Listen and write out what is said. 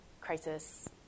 crisis